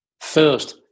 First